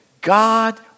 God